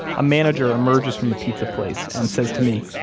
a manager emerges from the pizza place and says to me,